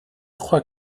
crois